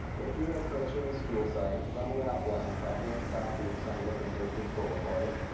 if you are approaching the school site from route one, traveling southeast on river heritage boulevard,